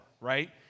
right